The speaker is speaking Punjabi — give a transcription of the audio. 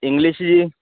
ਇੰਗਲਿਸ਼ ਜੀ